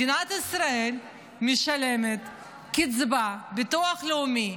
מדינת ישראל משלמת קצבת ביטוח לאומי,